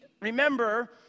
Remember